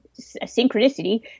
synchronicity